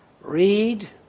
read